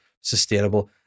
sustainable